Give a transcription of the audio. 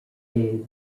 gay